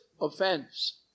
offense